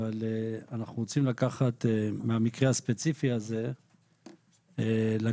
אבל אנחנו רוצים לקחת מהמקרה הספציפי הזה את הדוגמה.